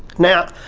now,